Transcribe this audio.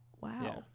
Wow